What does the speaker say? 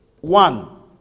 one